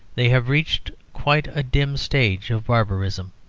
they have reached quite a dim stage of barbarism.